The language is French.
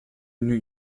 new